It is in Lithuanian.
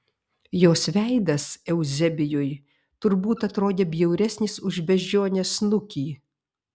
jos veidas euzebijui turbūt atrodė bjauresnis už beždžionės snukį